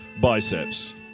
biceps